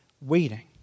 waiting